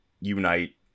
unite